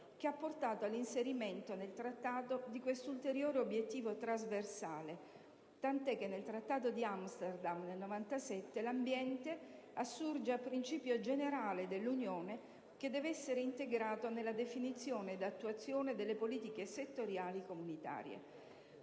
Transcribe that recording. che ha portato all'inserimento nel Trattato di questo ulteriore obiettivo trasversale, tant'è che nel Trattato di Amsterdam del 1997 l'ambiente assurge a principio generale dell'Unione, che deve essere integrato nella definizione ed attuazione delle politiche settoriali comunitarie.